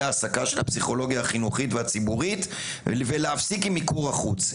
העסקה של הפסיכולוגיה החינוכית והציבורית ולהפסיק עם מיקור החוץ,